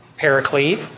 paraclete